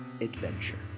adventure